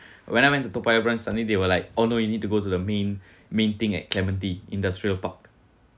when I went to toa payoh branch suddenly they were like oh no you need to go to the main main thing at clementi industrial park